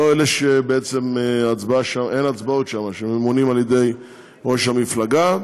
לא אלה שבעצם אין הצבעות שם וממונים על ידי ראש המפלגה.